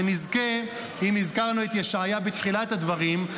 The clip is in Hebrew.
אם הזכרנו את ישעיה בתחילת הדברים,